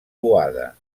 boada